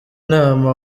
nama